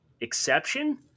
exception